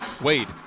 Wade